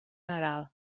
general